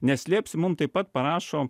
neslėpsiu mum taip pat parašo